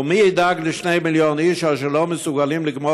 ומי ידאג ל-2 מיליון איש אשר לא מסוגלים לגמור